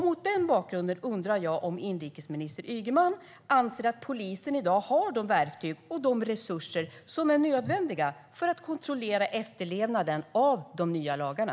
Mot den bakgrunden undrar jag om inrikesminister Ygeman anser att polisen i dag har de verktyg och de resurser som är nödvändiga för att kontrollera efterlevnaden av de nya lagarna.